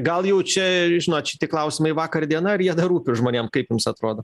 gal jau čia žinot šitie klausimai vakar diena ar jie dar rūpi žmonėm kaip jums atrodo